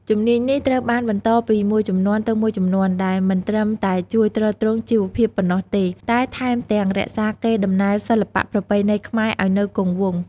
ជំនាញនេះត្រូវបានបន្តពីមួយជំនាន់ទៅមួយជំនាន់ ដែលមិនត្រឹមតែជួយទ្រទ្រង់ជីវភាពប៉ុណ្ណោះទេ តែថែមទាំងរក្សាកេរដំណែលសិល្បៈប្រពៃណីខ្មែរឱ្យនៅគង់វង្ស។